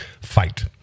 Fight